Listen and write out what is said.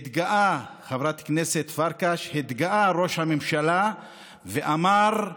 חברת הכנסת פרקש, התגאה ראש הממשלה ואמר: